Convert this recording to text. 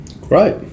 Great